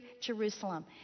Jerusalem